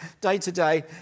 day-to-day